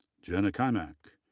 jenna kimack,